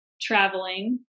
traveling